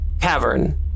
cavern